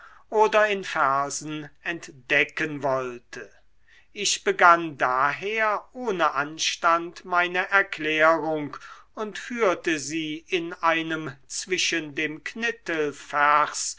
oder in versen entdecken wollte ich begann daher ohne anstand meine erklärung und führte sie in einem zwischen dem